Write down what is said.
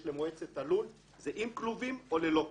למועצת הלול היא עם כלובים או ללא כלובים.